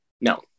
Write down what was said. no